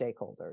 stakeholders